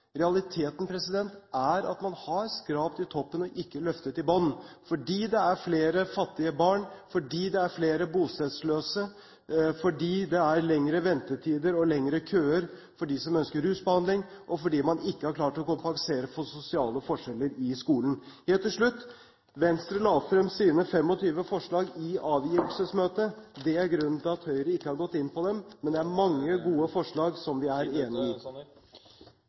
Realiteten er at man har skrapt i toppen og ikke løftet i bånn, fordi det er flere fattige barn, fordi det er flere bostedsløse, fordi det er lengre ventetider og lengre køer for dem som ønsker rusbehandling, og fordi man ikke har klart å kompensere for sosiale forskjeller i skolen. Helt til slutt: Venstre la frem sine 25 forslag i avgivelsesmøtet . Det er grunnen til at Høyre ikke har gått inn på dem, men det er mange gode forslag som vi er enig i. Tiden er